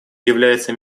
является